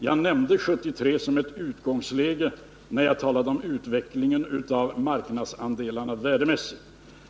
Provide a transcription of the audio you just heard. Jag nämnde 1973 som ett utgångsläge när jag talade om utvecklingen av marknadsandelarna värdemässigt.